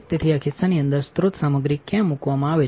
તેથીઆ ખિસ્સાની અંદરસ્રોત સામગ્રીક્યાંમૂકવામાં આવે છે